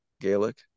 gaelic